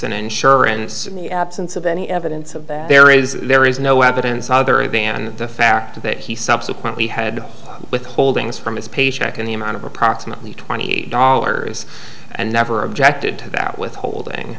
in insurance in the absence of any evidence of that there is there is no evidence other than the fact that he subsequently had withholdings from his paycheck in the amount of approximately twenty dollars and never objected to that withholding